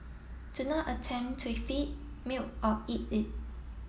do not attempt to feed milk or eat it